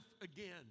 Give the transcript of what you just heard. again